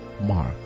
Mark